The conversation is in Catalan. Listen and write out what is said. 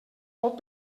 pot